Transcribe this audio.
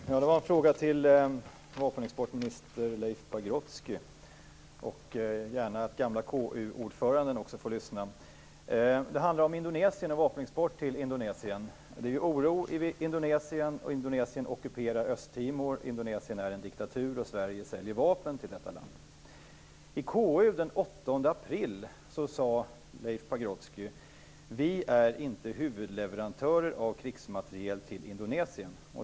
Fru talman! Jag har en fråga till vapenexportminister Leif Pagrotsky. Gamle KU-ordföranden får också lyssna. Frågan handlar om vapenexport till Indonesien. Det råder oro i Indonesien. Indonesien ockuperar Östtimor. Indonesien är en diktatur. Sverige säljer vapen till det landet. Leif Pagrotsky sade i KU den 8 april att vi inte är huvudleverantör av krigsmateriel till Indonesien.